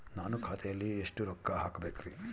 ನಾನು ಖಾತೆಯಲ್ಲಿ ಎಷ್ಟು ರೊಕ್ಕ ಹಾಕಬೇಕ್ರಿ?